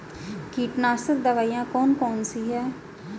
कीटनाशक दवाई कौन कौन सी हैं?